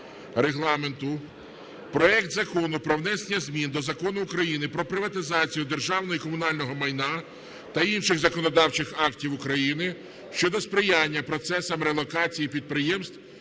Регламенту проект Закону про внесення змін до Закону України "Про приватизацію державного і комунального майна" та інших законодавчих актів України щодо сприяння процесам релокації підприємств